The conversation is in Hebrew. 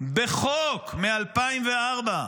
בחוק מ-2004,